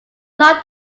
not